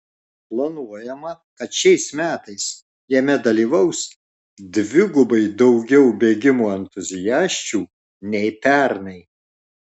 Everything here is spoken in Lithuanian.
planuojama kad šiais metais jame dalyvaus dvigubai daugiau bėgimo entuziasčių nei pernai